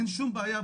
אין שום בעיה,